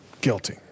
Guilty